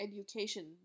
education